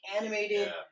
animated